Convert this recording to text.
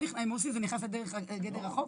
מוסי, זה נכנס לגדר החוק?